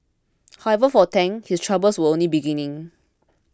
however for Tang his troubles were only beginning